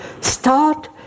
start